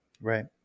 Right